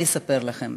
אני אספר לכם.